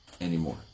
anymore